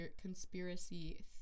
conspiracy